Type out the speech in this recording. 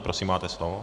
Prosím máte slovo.